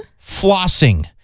Flossing